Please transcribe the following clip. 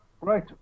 Right